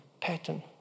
pattern